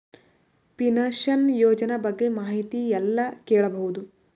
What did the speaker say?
Pension ಯೋಜನ ಬಗ್ಗೆ ಮಾಹಿತಿ ಎಲ್ಲ ಕೇಳಬಹುದು?